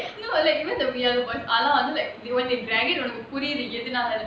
no like even the we are the boys ஆனா அது:aana athu when they drag it புரியுது எதனால:puriyuthu etahanala